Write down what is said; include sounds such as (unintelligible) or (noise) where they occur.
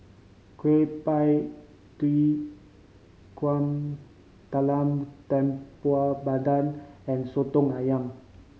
Kueh Pie Tee (unintelligible) talam tepong pandan and Soto Ayam